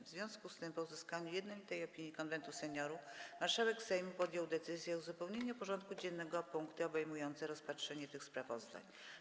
W związku z tym, po uzyskaniu jednolitej opinii Konwentu Seniorów, marszałek Sejmu podjął decyzję o uzupełnieniu porządku dziennego o punkty obejmujące rozpatrzenie tych sprawozdań.